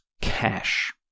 cash